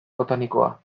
botanikoa